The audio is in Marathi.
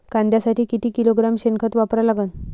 कांद्यासाठी किती किलोग्रॅम शेनखत वापरा लागन?